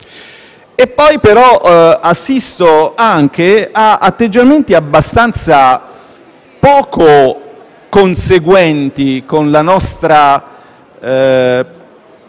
e poi però assisto anche ad atteggiamenti abbastanza poco conseguenti con la nostra